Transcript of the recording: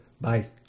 Bye